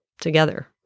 together